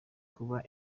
kuba